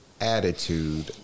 attitude